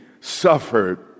suffered